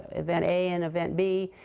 event a and event b,